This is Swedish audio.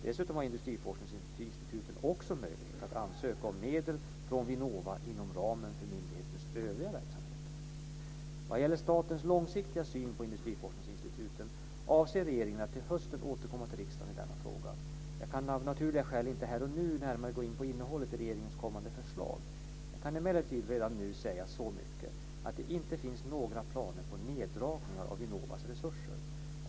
Dessutom har industriforskningsinstituten också möjlighet att ansöka om medel från Vinnova inom ramen för myndighetens övriga verksamheter. Vad gäller statens långsiktiga syn på industriforskningsinstituten, avser regeringen att till hösten återkomma till riksdagen i denna fråga. Jag kan av naturliga skäl inte här och nu gå närmare in på innehållet i regeringens kommande förslag. Jag kan emellertid redan nu säga så mycket att det inte finns några planer på neddragningar av Vinnovas resurser.